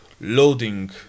loading